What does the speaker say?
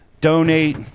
donate